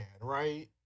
right